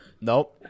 Nope